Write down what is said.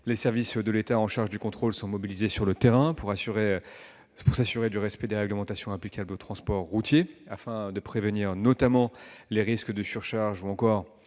les services de l'État chargés du contrôle sont mobilisés sur le terrain pour assurer le respect des réglementations applicables au transport routier, afin de prévenir les risques de surcharge. Il